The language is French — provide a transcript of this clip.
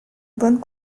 bonnes